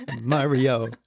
Mario